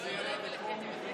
שזה ירד לטרומית